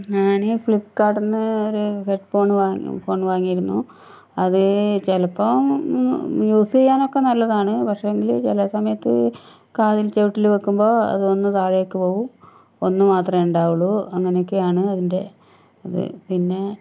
ഞാന് ഫ്ലിപ്ക്കാർട്ടിൽ നിന്ന് ഒരു ഹെഡ്ഫോണ് വാങ്ങി ഹെഡ്ഫോണ് വാങ്ങിയിരുന്നു അത് ചിലപ്പോൾ യൂസെയ്യാനൊക്കെ നല്ലതാണ് പക്ഷേങ്കില് ചില സമയത്ത് കാതില് ചെവിട്ടില് വെക്കുമ്പോൾ അത് ഒന്ന് താഴേക്ക് പോകും ഒന്നുമാത്രേ ഉണ്ടാവുകയുള്ളു അങ്ങനെയൊക്കെയാണ് അതിന്റെ അത് പിന്നെ